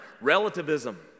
Relativism